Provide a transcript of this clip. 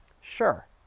Sure